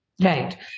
Right